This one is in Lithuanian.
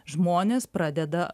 žmonės pradeda